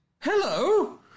hello